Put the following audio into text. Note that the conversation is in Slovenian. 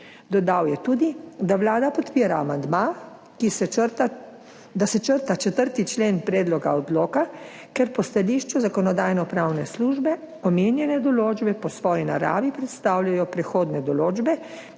Dodal je tudi, da Vlada podpira amandma, da se črta 4. člen predloga odloka, ker po stališču Zakonodajno-pravne službe omenjene določbe po svoji naravi predstavljajo prehodne določbe,